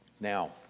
Now